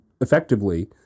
effectively